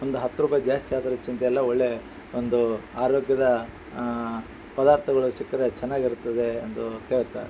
ಒಂದು ಹತ್ತು ರೂಪಾಯಿ ಜಾಸ್ತಿ ಆದರೂ ಚಿಂತೆ ಇಲ್ಲ ಒಳ್ಳೇ ಒಂದೂ ಆರೋಗ್ಯದ ಪದಾರ್ಥಗಳು ಸಿಕ್ಕರೆ ಚೆನ್ನಾಗಿರ್ತದೆ ಅಂದು ಕೇಳ್ತಾ